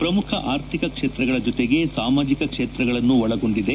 ಪ್ರಮುಖ ಆರ್ಥಿಕ ಕ್ಷೇತ್ರಗಳ ಜತೆಗೆ ಸಾಮಾಜಿಕ ಕ್ಷೇತ್ರಗಳನ್ನೂ ಒಳಗೊಂಡಿದೆ